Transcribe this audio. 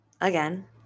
again